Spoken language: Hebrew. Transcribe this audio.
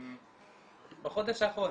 בחודש האחרון,